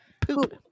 Poop